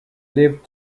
lived